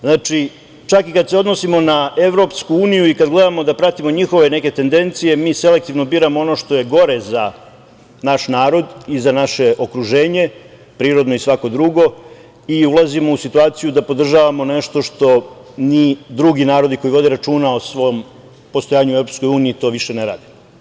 Znači, čak i kad se odnosimo na EU i kad gledamo da pratimo njihove neke tendencije, mi selektivno biramo ono što je gore za naš narod i za naše okruženje, prirodno i svako drugo, i ulazimo u situaciju da podržavamo nešto što ni drugi narodi koji vode računa o svom postojanju u EU to više ne rade.